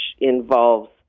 involves